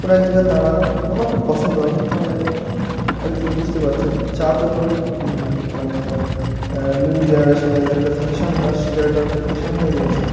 কোনো এক জায়গায় দাঁড়ালাম আমার খুব পছন্দ হয় মানে আর কি বুঝতে পারছেন চা তো এখন মানে নিউ জেনারেশনের একটা ফ্যাশান শিকারটা একটা ফ্যাশান হয়ে গিয়েছে